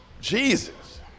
Jesus